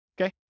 Okay